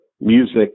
music